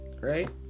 right